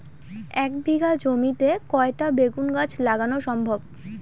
এক বিঘা জমিতে কয়টা বেগুন গাছ লাগানো সম্ভব?